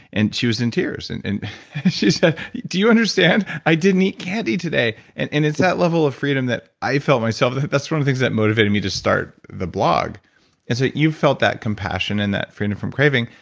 and she was in tears. and and she said, do you understand? i didn't eat candy today. and and it's that level of freedom that i felt myself. that's one of the things that motivated me to start the blog and so you felt that compassion and that freedom from craving.